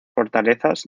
fortalezas